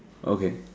okay